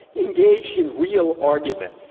engaged in real argument.